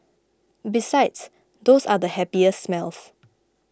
besides those are the happiest smells